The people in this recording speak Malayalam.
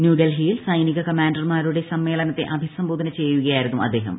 ന്യൂഡൽഹിയിൽ സൈനിക കമാൻഡർമാരുടെ സമ്മേളനത്തെ അഭിസ്സംബോധന ചെയ്യുക യായിരുന്നു അദ്ദേഹം